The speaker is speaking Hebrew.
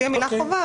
בלי המילה "חובה",